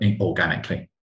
organically